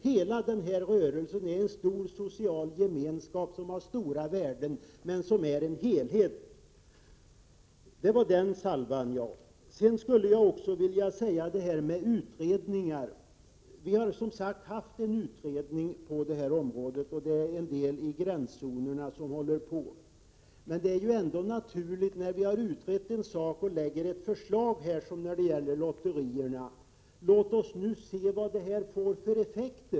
Hela den här rörelsen är en stor social gemenskap som har stora värden. Ja, det var den salvan. Jag skulle sedan vilja säga några ord om utredningar. Det har som sagt gjorts en utredning på det här området, och en del av det som hör hemma i gränszonerna håller på att utredas. När någonting har - utretts, i det här fallet lotterierna, och förslag har lagts fram, är det väl naturligt att säga: Låt oss nu se vad det här får för effekt.